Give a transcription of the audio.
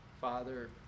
Father